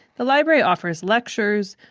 the library offers lectures,